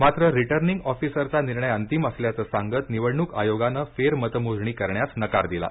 मात्र रिटर्निग ऑफिसरचा निर्णय अंतिम असल्याचं सांगत निवडणूक आयोगाने फेरमतमोजणी करण्यास नकार दिला आहे